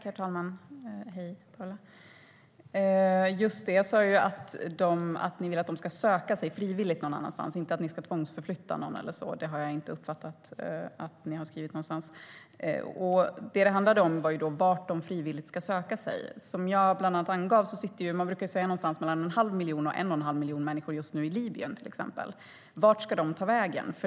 Herr talman! Jag sa att de ska söka sig frivilligt någon annanstans, inte att ni ska tvångsförflytta några - det har jag inte uppfattat att ni har skrivit någonstans. Det handlade om vart de frivilligt ska söka sig. Man brukar säga att någonstans mellan en halv miljon och 11⁄2 miljon människor just nu sitter i Libanon. Vart ska de ta vägen?